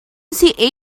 see